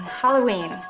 halloween